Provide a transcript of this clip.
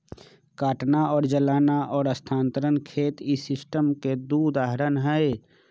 काटना और जलाना और स्थानांतरण खेत इस सिस्टम के दु उदाहरण हई